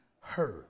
heard